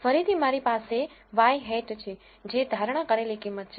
ફરીથી મારી પાસે ŷ છે જે ધારણા કરેલી કિંમત છે